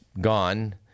gone